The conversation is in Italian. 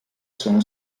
sono